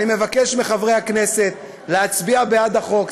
אני מבקש מחברי הכנסת להצביע בעד החוק.